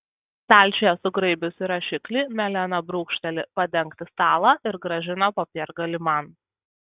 stalčiuje sugraibiusi rašiklį melena brūkšteli padengti stalą ir grąžina popiergalį man